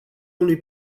unui